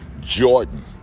Jordan